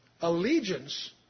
allegiance